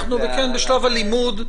אנחנו עדיין בשלב הלימוד,